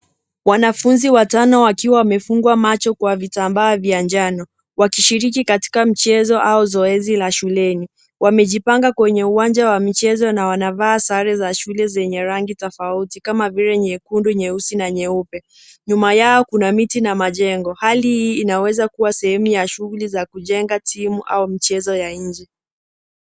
Wanafunzi watano wakiwa wamefungwa macho kwa vitambaa vya njano, wakishiriki katika mchezo au zoezi la shuleni. Wamejipanga kwenye uwanja wa michezo na wanavaa sare za shule zenye rangi tofauti kama vile nyekundu, nyeusi na nyeupe. Nyuma yao kuna miti na majengo. Hali hii inaweza kuwa sehemu ya shughuli za kujenga timu au michezo ya nje.